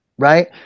right